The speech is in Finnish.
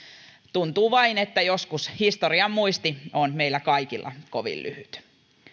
tuntuu vain että joskus historian muisti on meillä kaikilla kovin lyhyt